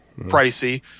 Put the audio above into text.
pricey